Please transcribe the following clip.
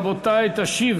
רבותי, תשיב